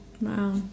wow